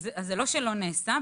זה לא שלא נעשה,